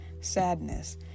sadness